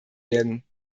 werden